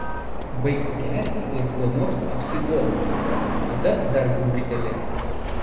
baik gerti ir kuo nors apsigobk tada dar gurkštelėk